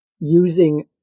using